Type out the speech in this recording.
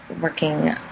working